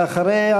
ואחריה,